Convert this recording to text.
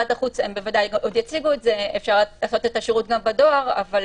אפשר לעשות את השירות גם בדואר, אבל